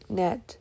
net